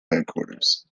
headquarters